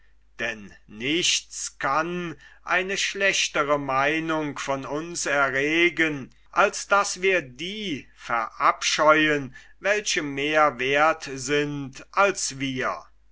denn nichts kann eine schlechtere meinung von uns erregen als daß wir die verabscheuen welche mehr werth sind als wir